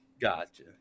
Gotcha